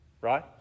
right